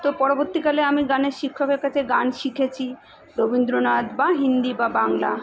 তো পরবর্তীকালে আমি গানের শিক্ষকের কাছে গান শিখেছি রবীন্দ্রনাথ বা হিন্দি বা বাংলা